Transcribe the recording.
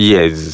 Yes